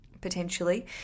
Potentially